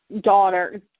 daughter